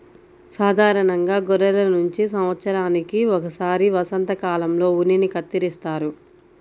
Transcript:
సాధారణంగా గొర్రెల నుంచి సంవత్సరానికి ఒకసారి వసంతకాలంలో ఉన్నిని కత్తిరిస్తారు